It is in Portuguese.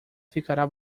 ficará